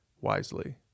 wisely